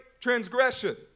transgression